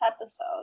episode